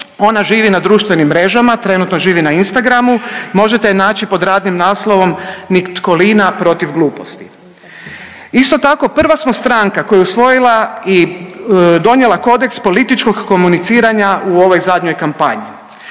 Ona živi na društvenim mrežama, trenutno živi na Instagramu, možete je naći pod radnim naslovom Nitkolina protiv gluposti. Isto tako, prva smo stranka koja je usvojila i donijela kodeks političkog komuniciranja u ovoj zadnjoj kampanji.